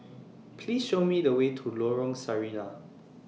Please Show Me The Way to Lorong Sarina